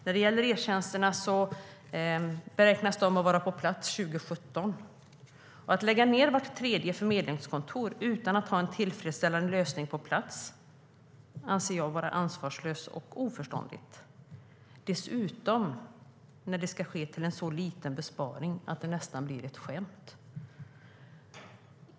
När det gäller e-tjänsterna beräknas de vara på plats 2017. Att lägga ned vart tredje förmedlingskontor utan att ha en tillfredsställande lösning på plats anser jag är ansvarslöst och oförståndigt, särskilt när det sker till en sådan liten besparing att det nästan blir ett skämt.